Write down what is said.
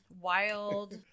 Wild